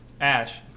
ash